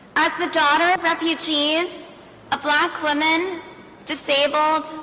us the daughter of refugees a black woman disabled